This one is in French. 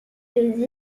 les